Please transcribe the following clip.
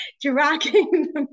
dragging